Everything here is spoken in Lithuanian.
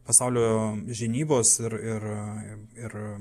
pasaulio žinybos ir ir ir